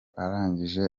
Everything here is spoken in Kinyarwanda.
arangije